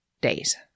days